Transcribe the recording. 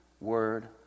Word